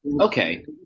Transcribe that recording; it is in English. Okay